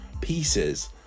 pieces